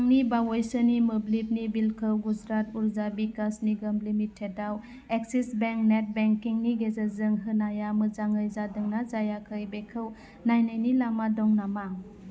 आंनि बावैसोनि मोब्लिबनि बिलखौ गुजराट उर्जा बिकास निगोम लिमिटेडआव एक्सिस बेंक नेट बेंकिं नि गेजेरजों होनाया मोजाङै जादोंना जायाखै बेखौ नायनायनि लामा दं नामा